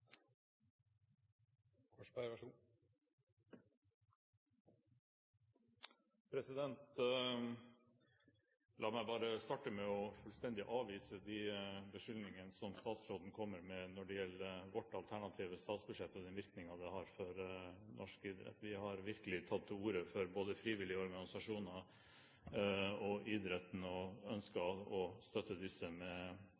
La meg bare starte med fullstendig å avvise de beskyldningene som statsråden kommer med når det gjelder vårt alternative statsbudsjett og den virkningen det har for norsk idrett. Vi har virkelig tatt til orde for både frivillige organisasjoner og idretten, og